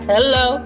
Hello